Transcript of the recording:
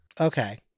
Okay